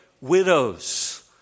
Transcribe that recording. widows